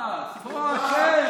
שוסטר.